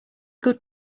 good